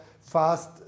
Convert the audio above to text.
fast